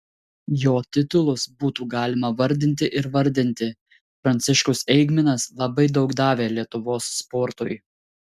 jo titulus būtų galima vardinti ir vardinti pranciškus eigminas labai daug davė lietuvos sportui